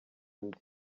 undi